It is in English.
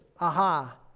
Aha